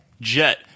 Jet